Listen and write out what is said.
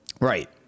right